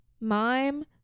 mime